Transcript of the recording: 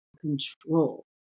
control